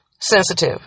sensitive